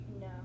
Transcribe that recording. No